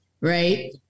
right